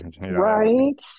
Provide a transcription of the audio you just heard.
Right